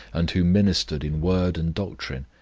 and who ministered in word and doctrine,